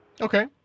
Okay